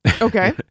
okay